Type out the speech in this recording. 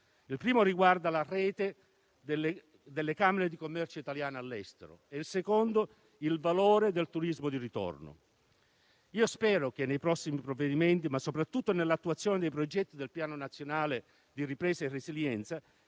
il primo riguarda la rete delle camere di commercio italiane all'estero e il secondo il valore del turismo di ritorno. Spero che nei prossimi provvedimenti, ma soprattutto nell'attuazione dei progetti del Piano Nazionale di ripresa e resilienza,